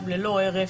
ללא הרף,